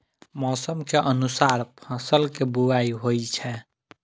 मौसम के अनुसार फसल के बुआइ होइ छै